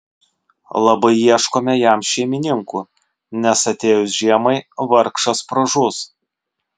labai ieškome jam šeimininkų nes atėjus žiemai vargšas pražus